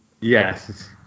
Yes